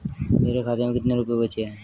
मेरे खाते में कितने रुपये बचे हैं?